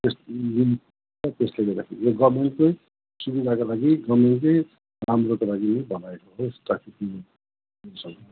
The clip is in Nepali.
त्यस्तो हुन्छ त्यस्ले गर्दाखेरि गभर्मेन्टकै सुविधाको लागि गभर्मेन्टकै राम्रोको लागि बनाएको हो ट्राफिक रुल्सहरू